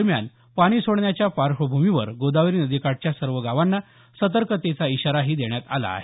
दरम्यान पाणी सोडण्याच्या पार्श्वभूमीवर गोदावरी नदीकाठच्या सर्व गावांना सतर्कतेचा इशाराही देण्यात आला आहे